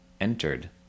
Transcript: entered